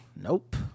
nope